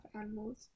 animals